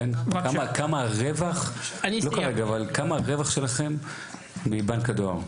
כמה הרווח שלכם מבנק הדואר.